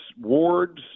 Wards